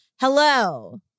Hello